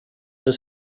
das